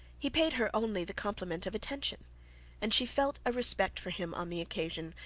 he paid her only the compliment of attention and she felt a respect for him on the occasion,